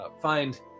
find